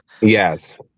Yes